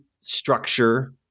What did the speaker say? structure